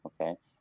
okay